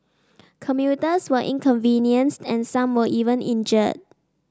commuters were inconvenienced and some were even injured